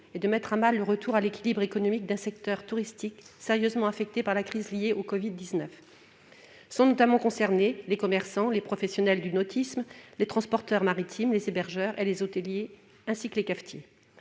et de mettre à mal le retour à l'équilibre économique d'un secteur touristique sérieusement affecté par la crise liée au covid-19. Sont notamment concernés les commerçants, les professionnels du nautisme, les transporteurs maritimes, les hébergeurs, les hôteliers et les cafetiers.